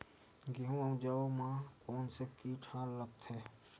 गेहूं अउ जौ मा कोन से कीट हा लगथे?